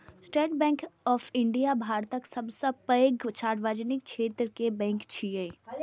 state Bank of India भारतक सबसं पैघ सार्वजनिक क्षेत्र के बैंक छियै